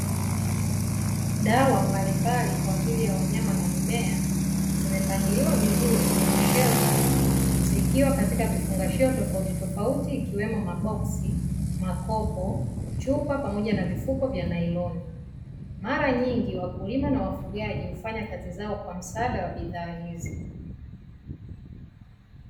Dawa mbalimbali kwa ajili ya wanyama na mimea zimepangiliwa vizuri kwenye shelfu, zikiwa katika vifungashio tofautitofauti ikiwemo maboksi, makopo, chupa pamoja na vifuko vya nailoni. Mara nyingi wakulima na wafugaji hufanya kazi zao kwa msaada wa bidhaa hizi.